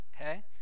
Okay